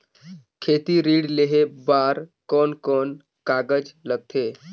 खेती ऋण लेहे बार कोन कोन कागज लगथे?